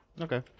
okay